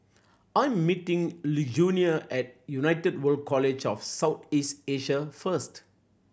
I'm meeting Lugenia at United World College of South East Asia first